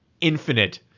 Infinite